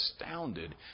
astounded